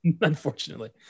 unfortunately